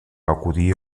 acudir